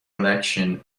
election